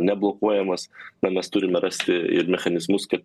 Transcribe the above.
neblokuojamas na mes turime rasti ir mechanizmus kaip